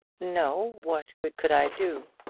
no what good could i do?